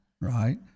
right